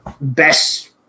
best